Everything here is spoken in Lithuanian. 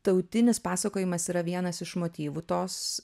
tautinis pasakojimas yra vienas iš motyvų tos